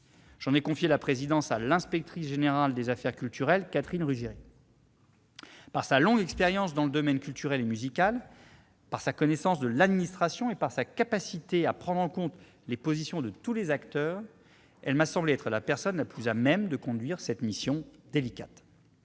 J'en ai confié la présidence à l'inspectrice générale des affaires culturelles Catherine Ruggeri. Par sa longue expérience dans le domaine culturel et musical, par sa connaissance de l'administration et par sa capacité à prendre en compte les positions de tous les acteurs, elle m'a semblé être la personne la plus à même de conduire cette mission délicate.